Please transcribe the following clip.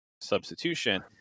substitution